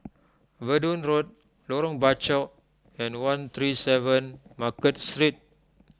Verdun Road Lorong Bachok and one three seven Market Street